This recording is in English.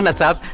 and sir,